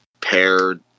Paired